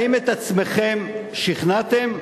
האם את עצמכם שכנעתם?